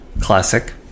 classic